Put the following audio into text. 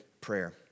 prayer